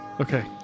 Okay